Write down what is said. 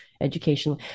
education